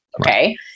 Okay